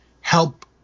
help